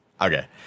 okay